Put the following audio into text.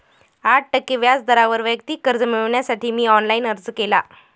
आठ टक्के व्याज दरावर वैयक्तिक कर्ज मिळविण्यासाठी मी ऑनलाइन अर्ज केला